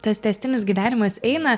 tas tęstinis gyvenimas eina